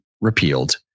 repealed